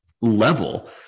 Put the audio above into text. level